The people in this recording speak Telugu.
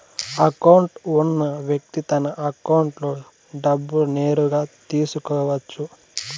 అకౌంట్ ఉన్న వ్యక్తి తన అకౌంట్లో డబ్బులు నేరుగా తీసుకోవచ్చు